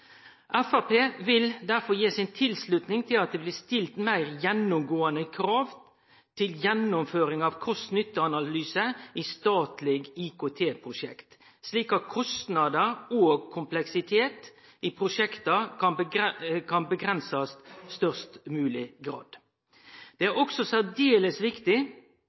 Framstegspartiet vil derfor gi si tilslutning til at det blir stilt meir gjennomgåande krav til gjennomføring av kost–nytte-analysar i statlege IKT-prosjekt, slik at kostnader og kompleksitet i prosjekta kan avgrensast i størst mogleg grad. Det er òg særdeles viktig